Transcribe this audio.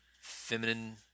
feminine